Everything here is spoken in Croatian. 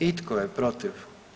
I tko je protiv?